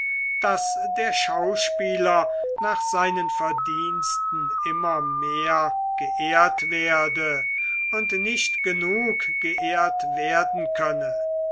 daß der schauspieler nach seinen verdiensten immer mehr geehrt werde und nicht genug geehrt werden könne